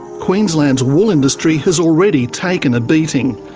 queensland's wool industry has already taken a beating.